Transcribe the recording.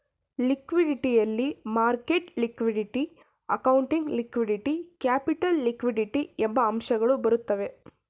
liquidity ಯಲ್ಲಿ market liquidity, accounting liquidity, capital liquidity ಎಂಬ ಅಂಶಗಳು ಬರುತ್ತವೆ